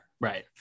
Right